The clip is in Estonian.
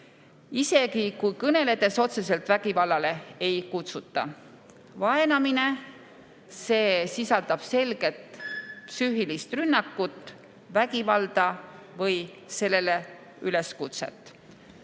isegi kui kõneledes otseselt vägivallale ei kutsuta. Vaenamine sisaldab selget psüühilist rünnakut, vägivalda või sellele üleskutset. Palun